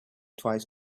twice